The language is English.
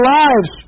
lives